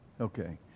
Okay